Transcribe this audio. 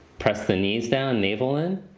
press the knees down, navel in.